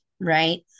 Right